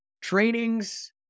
trainings